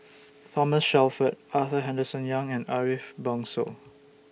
Thomas Shelford Arthur Henderson Young and Ariff Bongso